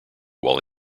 while